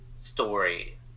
story